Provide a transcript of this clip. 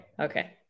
okay